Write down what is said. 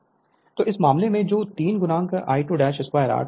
तो इस मामले में जो3 I22r2829 250